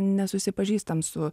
nesusipažįstam su